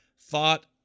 thought